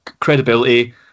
credibility